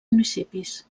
municipis